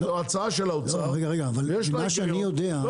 ההצעה של האוצר ויש בה היגיון,